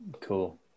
cool